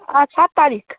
अँ सात तारिक